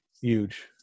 Huge